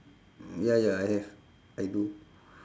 ya ya I have I do